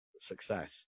success